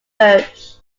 urged